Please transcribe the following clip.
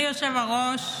היושב-ראש,